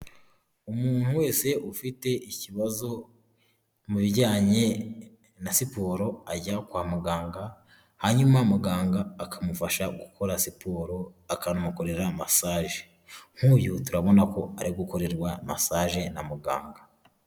Umuntu wese ufite ikibazo mu bijyanye na siporo, ajya kwa muganga hanyuma muganga akamufasha gukora siporo, akanamukorera masaje. Nk'uyu turabona ko ari gukorerwa masage na muganga.